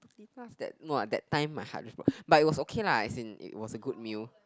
!wah! that time my heart just broke but it was okay lah as in it was a good meal